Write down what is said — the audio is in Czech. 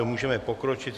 Můžeme pokročit.